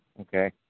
okay